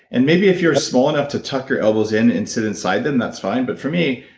and maybe if you're small enough to tuck your elbows in and sit inside them that's fine, but for me,